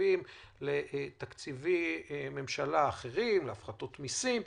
תקציבים למשרדי ממשלה אחרים, להפחתות מסים וכולי.